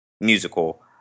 musical